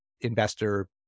investor